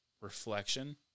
reflection